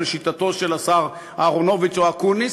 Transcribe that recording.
או לשיטתו של השר אהרונוביץ או של אקוניס,